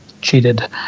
cheated